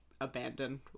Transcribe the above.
abandoned